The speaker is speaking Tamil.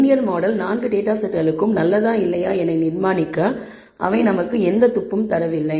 லீனியர் மாடல் 4 டேட்டா செட்களுக்கும் நல்லதா இல்லையா என நிர்மாணிக்க அவை நமக்கு எந்த துப்பும் தரவில்லை